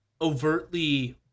overtly